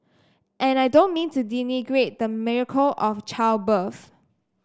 and I don't mean to denigrate the miracle of childbirth